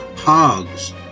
Hogs